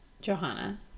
Johanna